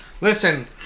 Listen